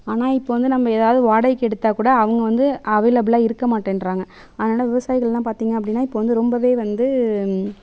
ஆனால் இப்போ வந்து நம்ம ஏதாவது வாடகைக்கு எடுத்தால் கூட அவங்க வந்து அவைலபிலா இருக்க மாட்டேன்றாங்க அதனால் விவசாயிகள்லாம் பார்த்தீங்க அப்படினா இப்போ வந்து ரொம்ப வந்து